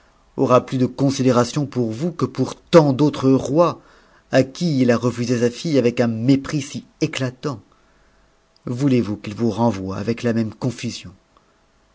aura plus de considé on pour vous que pour tant d'autres rois à qui il a refusé sa fille avec un mépris si éclatant voûtez vous qu'il vous renvoie avec la ncn c